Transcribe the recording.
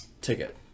ticket